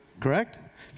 Correct